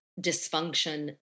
dysfunction